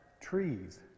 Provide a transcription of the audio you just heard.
trees